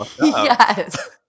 yes